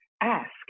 Ask